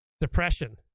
depression